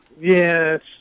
Yes